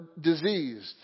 diseased